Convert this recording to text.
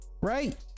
right